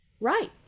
Right